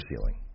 ceiling